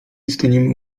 staniemy